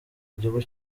igihugu